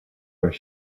where